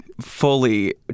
fully